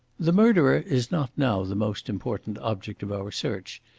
the murderer is not now the most important object of our search.